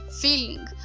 feeling